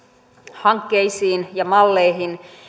hankkeisiin ja malleihin